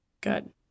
Good